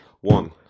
One